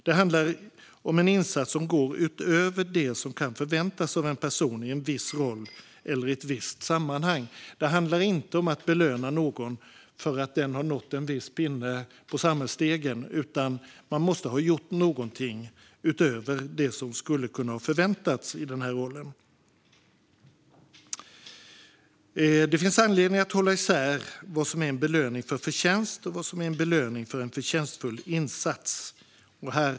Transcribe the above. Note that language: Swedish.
Det handlar om en insats som går utöver det som kan förväntas av en person i en viss roll eller i ett visst sammanhang. Det handlar inte om att belöna någon för att den har nått en viss pinne på samhällsstegen, utan man måste ha gjort något utöver det som skulle ha kunnat förväntas i denna roll. Det finns anledning att hålla isär vad som är en belöning för förtjänst och vad som är en belöning för en förtjänstfull insats.